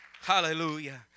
hallelujah